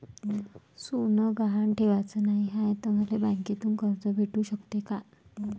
सोनं गहान ठेवाच नाही हाय, त मले बँकेतून कर्ज भेटू शकते का?